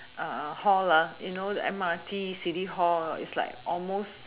hall ah you know the M_R_T city hall is like almost